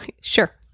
Sure